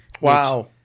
Wow